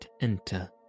enter